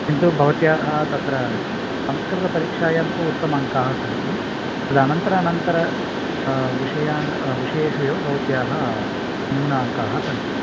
किन्तु भवत्याः तत्र संस्कृतपरीक्षायां तु उत्तमाङ्काः सन्ति तदनन्तर अनन्तर विषयान् विषयेषु एव भवत्याः न्यूनाङ्काः सन्ति